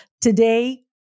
Today